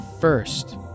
First